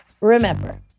Remember